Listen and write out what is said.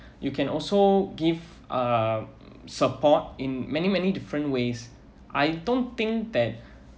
you can also give uh support in many many different ways I don't think that